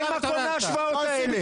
אין מקום להשוואות האלה.